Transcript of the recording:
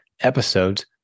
episodes